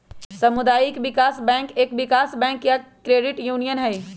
सामुदायिक विकास बैंक एक विकास बैंक या क्रेडिट यूनियन हई